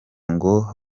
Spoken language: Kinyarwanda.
ngo